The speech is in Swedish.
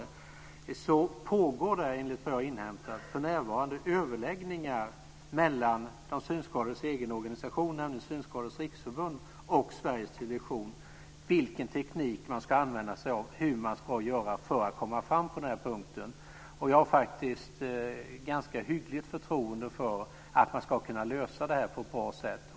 Det pågår för närvarande, enligt vad jag har inhämtat, överläggningar mellan de synskadades egen organisation, Synskadades Riksförbund, och Sveriges Television om vilken teknik man ska använda sig av och hur man ska göra för att komma fram på denna punkt. Jag har ganska hyggligt förtroende för att man ska kunna lösa det på ett bra sätt.